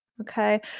Okay